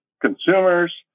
consumers